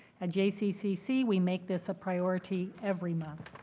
at jccc, we make this a priority every month.